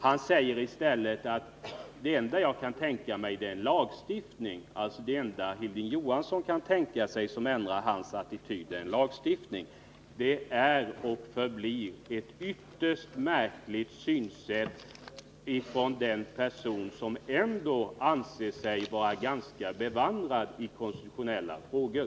Han säger i stället att det enda han kan tänka sig är en lagstiftning för att han skall ändra attityd. Det är och förblir ett märkligt synsätt hos en person som ändå anser sig vara ganska bevandrad i konstitutionella frågor.